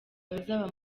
muzaba